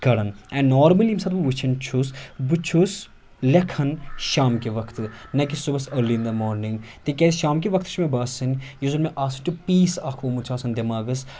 کَران and normally ییٚمہِ ساتہٕ بہٕ وٕچھان چھُس بہٕ چھُس لٮ۪کھان شامکہ وقتہٕ نہ کہ صُبَس أرلی اِن دَ مارنِنٛگ تِکیازِ شامکہ وقتہٕ چھُ مےٚ باسان یُس زَن مےٚ آسٹہٕ پیٖس اَکھ گوٚمُت چھُ آسان دٮ۪ماغَس